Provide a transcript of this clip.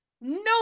no